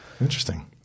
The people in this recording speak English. Interesting